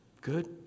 good